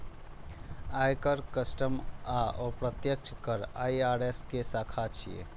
आयकर, कस्टम आ अप्रत्यक्ष कर आई.आर.एस के शाखा छियै